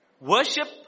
Worship